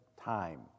time